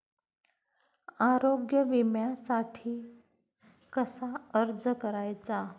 आरोग्य विम्यासाठी कसा अर्ज करायचा?